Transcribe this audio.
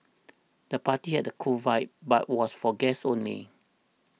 the party had a cool vibe but was for guests only